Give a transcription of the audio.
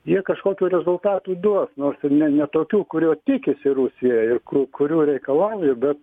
jie kažkokių rezultatų duos nors ir ne ne tokių kurių tikisi rusija ir kurių reikalauja bet